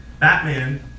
Batman